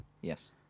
Yes